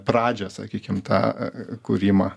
pradžią sakykim tą kūrimą